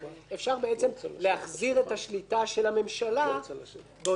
אפשר להחזיר את שליטת הממשלה באותו תחום